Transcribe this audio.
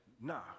Nah